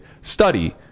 Study